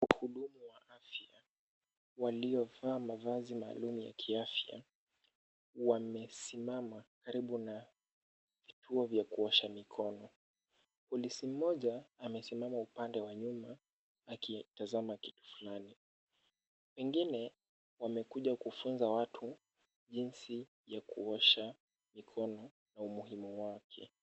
Wahudumu wa afya waliovaa mavazi maalum ya kiafya wamesimama karibu na vituo vya kuosha mikono. Polisi mmoja amesimama upande wa nyuma akitazama kitu fulani. Pengine wamekuja kufunza watu jinsi ya kuosha mikono na umuhimu wake.